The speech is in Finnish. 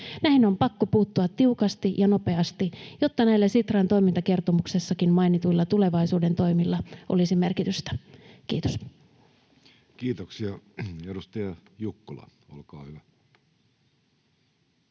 Näihin on pakko puuttua tiukasti ja nopeasti, jotta näillä Sitran toimintakertomuksessakin mainituilla tulevaisuuden toimilla olisi merkitystä. — Kiitos. [Speech 123] Speaker: